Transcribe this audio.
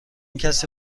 کسی